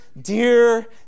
dear